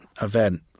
event